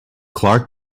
clarke